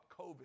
COVID